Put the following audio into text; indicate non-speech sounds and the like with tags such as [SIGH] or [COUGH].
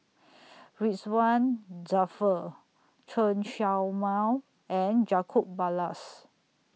[NOISE] Ridzwan Dzafir Chen Show Mao and Jacob Ballas